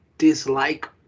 dislike